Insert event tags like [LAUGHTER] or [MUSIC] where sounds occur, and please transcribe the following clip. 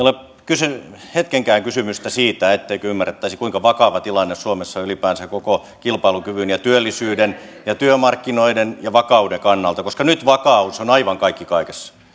[UNINTELLIGIBLE] ole hetkenkään kysymystä siitä etteikö ymmärrettäisi kuinka vakava tilanne suomessa on ylipäänsä koko kilpailukyvyn työllisyyden työmarkkinoiden ja vakauden kannalta koska nyt vakaus on aivan kaikki kaikessa